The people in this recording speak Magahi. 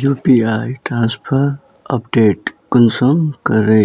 यु.पी.आई ट्रांसफर अपडेट कुंसम करे